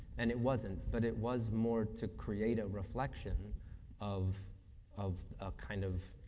and it wasn't. but it was more to create a reflection of of a kind of